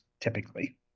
typically